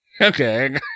Okay